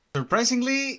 Surprisingly